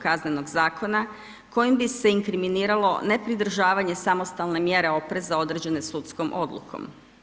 Kaznenog zakona kojim bi se inkriminiralo nepridržavanje samostalne mjere opreza određene sudskom odlukom.